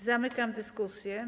Zamykam dyskusję.